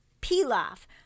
Pilaf